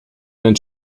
denn